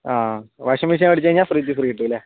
ആ washing machine മേടിച്ച് കഴിഞ്ഞാൽ ഫ്രിഡ്ജ് ഫ്രീ കിട്ടുമല്ലേ